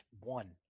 one